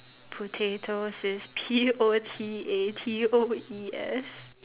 potatoes is P O T A T O E S